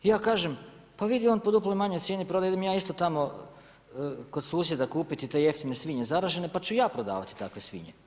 I ja kažem, pa vidi on po duplo manjoj cijeni prodaje, idem ja isto tamo kod susjeda kupiti te jeftine svinje zaražene, pa ću i ja prodavati takve svinje.